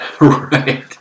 Right